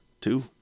Two